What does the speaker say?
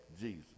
Jesus